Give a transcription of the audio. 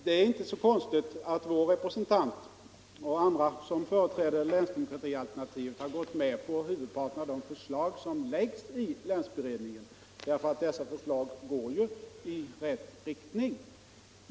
Det är inte så konstigt att vår representant och andra som företräder länsdemokratialternativet har gått med på huvudparten av de förslag som framläggs i länsberedningen — dessa förslag går i rätt riktning.